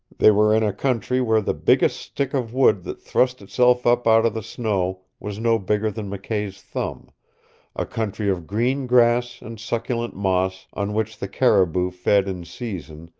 they were in a country where the biggest stick of wood that thrust itself up out of the snow was no bigger than mckay's thumb a country of green grass and succulent moss on which the caribou fed in season,